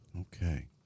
Okay